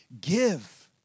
give